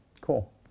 Cool